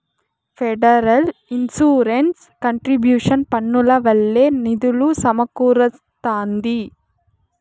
federal insurance contribution పన్నుల వల్లే నిధులు సమకూరస్తాంది